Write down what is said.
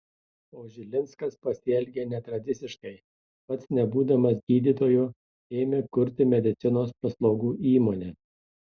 o žilinskas pasielgė netradiciškai pats nebūdamas gydytoju ėmė kurti medicinos paslaugų įmonę